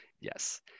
Yes